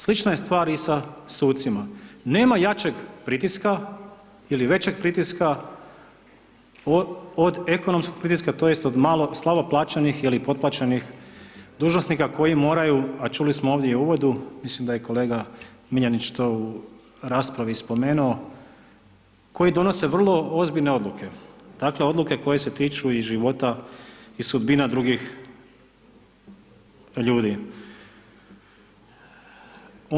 Slična je stvar i sa sucima, nema jačeg pritiska ili većeg pritiska od ekonomskog pritiska, tj. od malo, slabo plaćenih ili potplaćenih dužnosnika koji moraju, a čuli smo ovdje i u uvodu mislim da je kolega Miljanić to raspravi spomenuo koji donose vrlo ozbiljne odluke, dakle odluke koje se tiču i života i sudbina drugih ljudi.